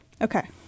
okay